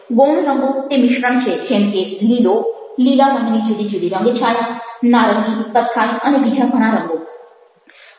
ગૌણ રંગો તે મિશ્રણ છે જેમ કે લીલો લીલા રંગની જુદી જુદી રંગ છાયા નારંગી કથ્થાઈ અને બીજા ઘણા રંગો